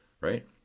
right